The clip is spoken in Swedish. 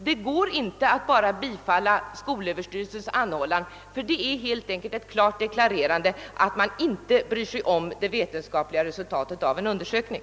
Det går inte att bara bifalla skolöverstyrelsens anhållan, ty det skulle helt enkelt innebära en klar deklaration att man inte bryr sig om det vetenskapliga resultatet av en undersökning.